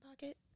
pocket